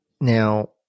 Now